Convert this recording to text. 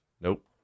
Nope